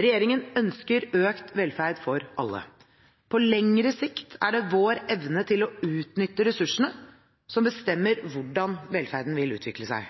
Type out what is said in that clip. Regjeringen ønsker økt velferd for alle. På lengre sikt er det vår evne til å utnytte ressursene som bestemmer hvordan velferden vil utvikle seg.